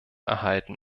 erhalten